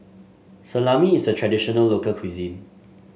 salami is a traditional local cuisine